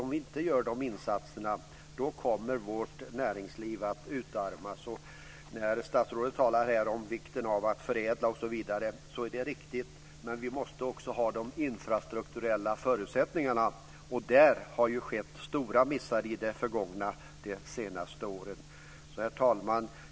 Om vi inte gör de insatserna kommer vårt näringsliv att utarmas. När statsrådet talar om vikten av att förädla osv. är det riktigt, men vi måste också ha de infrastrukturella förutsättningarna. Där har det skett stora missar i det förgångna de senaste åren. Herr talman!